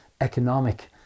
economic